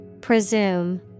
Presume